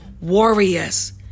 Warriors